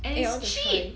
eh I want to try